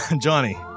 Johnny